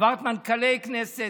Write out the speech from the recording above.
עברת מנכ"לי כנסת,